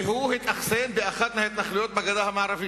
והוא התאכסן באחת מההתנחלויות בגדה המערבית,